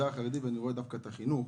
החרדי ואני רואה דווקא את החינוך,